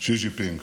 שי ג'ינפינג,